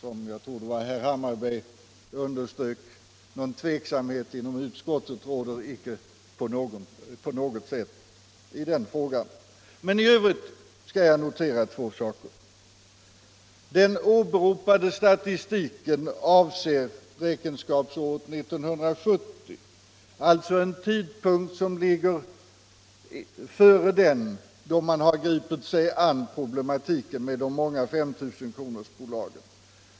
Och jag tror att det var herr Hammarberg som underströk att någon tveksamhet inom utskottet inte på något sätt råder i den frågan. I övrigt skall jag notera två saker. Den åberopade statistiken avser räkenskapsåret 1970, vilket alltså ligger före den tidpunkt då man har gripit sig an problematiken med de många femtusenkronorsbolagen.